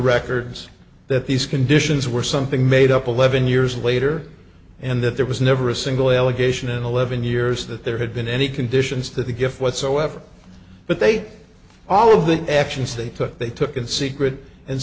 records that these conditions were something made up eleven years later and that there was never a single allegation in eleven years that there had been any conditions that the gift whatsoever but they all of the actions they took they took in secret and